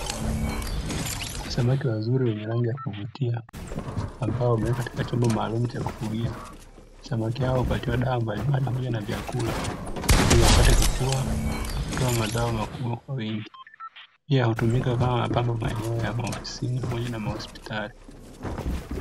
Samaki wazuri wenye rangi ya kuvutia ambao wamewekwa katika chombo maalumu cha kufugia, samaki hao hupatiwa dawa mbalimbali pamoja na vyakula ili wapate kukua na kutoa mazao makubwa kwa wingi pia hutumika kama mapambo maeneo ya maofisini pamoja na mahospitali.